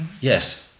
Yes